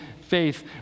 faith